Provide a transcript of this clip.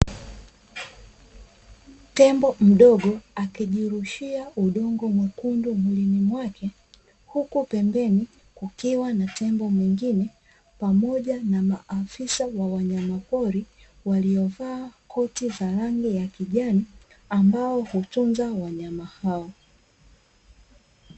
Tembo mdogo akijirushia udongo mwekundu mwilini mwake, huku pembeni kukiwa na tembo mwingine pamoja na maafisa wa wanyama pori waliyovaa koti za rangi ya kijani ambao hutunza wanyama hao.